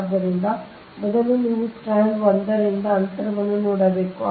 ಆದ್ದರಿಂದ ಮೊದಲು ನೀವು ಸ್ಟ್ರಾಂಡ್ 1 ರಿಂದ ಅಂತರವನ್ನು ನೋಡಬೇಕು